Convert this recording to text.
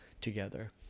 together